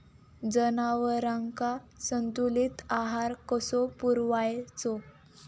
जनावरांका संतुलित आहार कसो पुरवायचो?